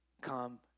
come